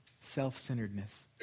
self-centeredness